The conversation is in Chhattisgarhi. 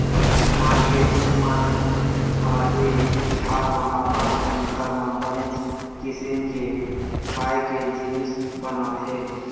मारकेटिंग मन ह ए तिहार म अपन अपन घर म बनेच किसिम के खाए के जिनिस बनाथे